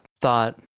thought